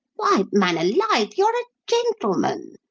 why, man alive, you're a gentleman!